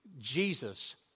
Jesus